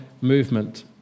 movement